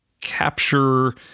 capture